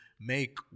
make